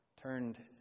turned